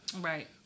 Right